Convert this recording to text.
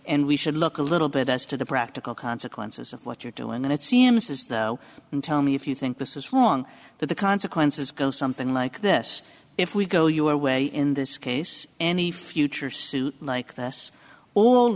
and we should look a little bit as to the practical consequences of what you're doing and it seems as though and tell me if you think this is wrong that the consequences go something like this if we go your way in this case any future suit like this all